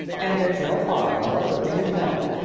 and there's no harm unless a thing is known.